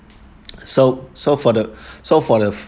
so so for the so for the